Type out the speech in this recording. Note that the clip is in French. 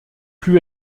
plus